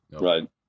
Right